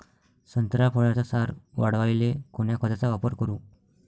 संत्रा फळाचा सार वाढवायले कोन्या खताचा वापर करू?